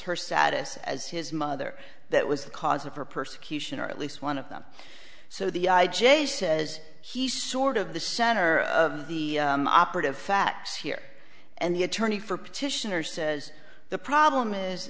her status as his mother that was the cause of her persecution or at least one of them so the i j a says he's sort of the center of the operative facts here and the attorney for petitioner says the problem is